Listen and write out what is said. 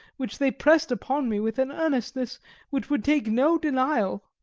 which they pressed upon me with an earnestness which would take no denial